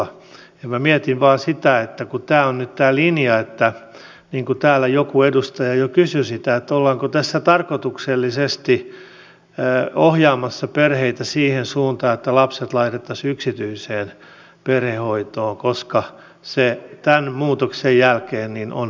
ja minä mietin vain sitä kun tämä on nyt tämä linja niin kuin täällä joku edustaja jo kysyi ollaanko tässä tarkoituksellisesti ohjaamassa perheitä siihen suuntaan että lapset laitettaisiin yksityiseen perhehoitoon koska se tämän muutoksen jälkeen on kohtuullisempaa